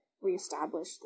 Reestablish